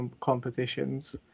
competitions